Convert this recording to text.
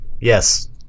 Yes